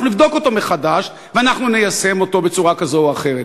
אנחנו נבדוק אותו מחדש ואנחנו ניישם אותו בצורה כזאת או אחרת?